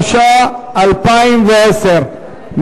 התש"ע 2010,